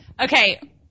Okay